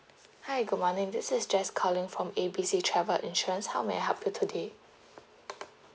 hi good morning this is jess calling from A B C travel insurance how may I help you today